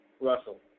Russell